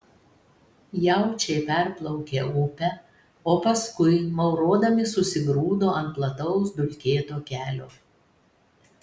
jaučiai perplaukė upę o paskui maurodami susigrūdo ant plataus dulkėto kelio